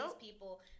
people